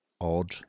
odd